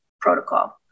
protocol